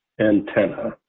antenna